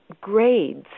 grades